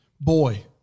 boy